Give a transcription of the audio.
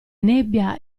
nebbia